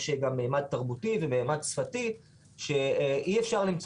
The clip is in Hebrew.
יש גם מימד תרבותי ומימד שפתי שאי אפשר למצוא